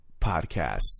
podcast